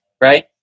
right